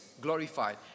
glorified